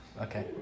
Okay